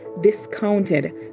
discounted